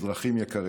אזרחים יקרים,